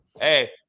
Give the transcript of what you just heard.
Hey